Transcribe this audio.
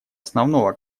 основного